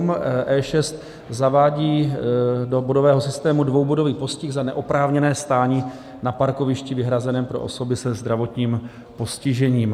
E6 zavádí do bodového systému dvoubodový postih za neoprávněné stání na parkovišti vyhrazeném pro osoby se zdravotním postižením.